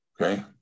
okay